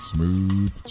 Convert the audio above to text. Smooth